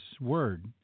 word